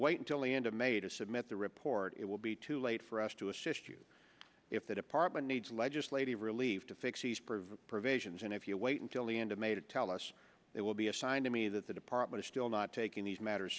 wait until the end of may to submit the report it will be too late for us to assist you if the department needs legislative relief to fix these prevent provisions and if you wait until the end of may to tell us it will be a sign to me that the department is still not taking these matters